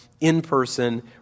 in-person